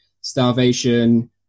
starvation